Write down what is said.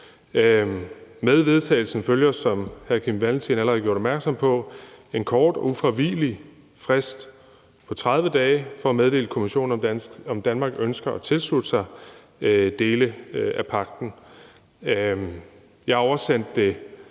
Med vedtagelsen følger, som hr. Kim Valentin allerede har gjort opmærksom på, en kort og ufravigelig frist på 30 dage til at meddele Kommissionen, om Danmark ønsker at tilslutte sig dele af pagten. Jeg oversendte det,